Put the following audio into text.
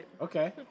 Okay